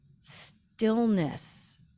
stillness